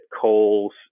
calls